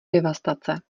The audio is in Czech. devastace